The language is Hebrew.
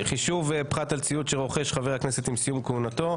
חישוב פחת על ציוד שרוכש חבר הכנסת עם סיום כהונתו;